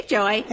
Joy